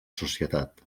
societat